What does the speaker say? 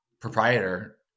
proprietor